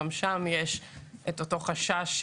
גם שם יש את אותו חשש,